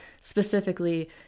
specifically